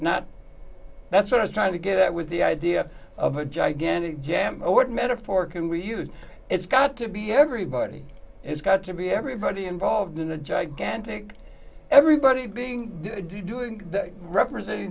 not that's what i was trying to get at with the idea of a gigantic jam or what metaphor can we use it's got to be everybody it's got to be everybody involved in the gigantic everybody being doing that represent